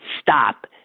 stop